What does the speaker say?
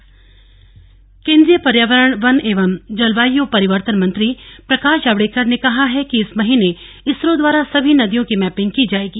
जावडेर CM मुलाकात केन्द्रीय पर्यावरण वन एवं जलवायू परिवर्तन मंत्री प्रकाश जावडेकर ने कहा है कि इस महीने इसरो द्वारा सभी नदियों की भैपिंग की जायेगी